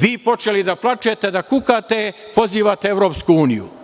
vi počeli da plačete, da kukate, pozivate EU. Evropska unija